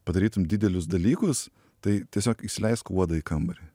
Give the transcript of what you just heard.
padarytum didelius dalykus tai tiesiog įsileisk uodą į kambarį